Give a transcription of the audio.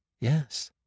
Yes